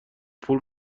پول